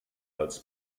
als